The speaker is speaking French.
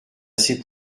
assez